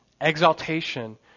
exaltation